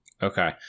Okay